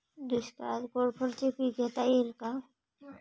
दुष्काळात कोरफडचे पीक घेता येईल का?